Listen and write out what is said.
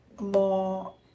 More